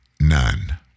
none